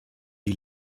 die